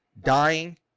dying